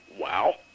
wow